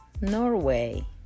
Norway